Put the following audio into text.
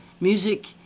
Music